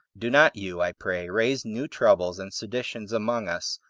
do not you, i pray, raise new troubles and seditions among us,